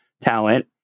talent